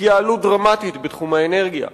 התייעלות דרמטית בתחום האנרגיה,